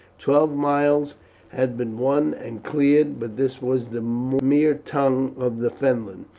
twelve miles had been won and cleared, but this was the mere tongue of the fenland,